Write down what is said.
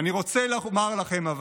אבל אני רוצה לומר לכם: